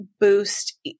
boost